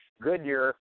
Goodyear